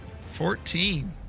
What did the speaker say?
Fourteen